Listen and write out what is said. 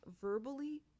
verbally